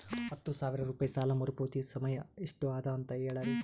ಹತ್ತು ಸಾವಿರ ರೂಪಾಯಿ ಸಾಲ ಮರುಪಾವತಿ ಸಮಯ ಎಷ್ಟ ಅದ ಅಂತ ಹೇಳರಿ?